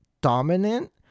dominant